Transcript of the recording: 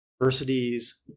universities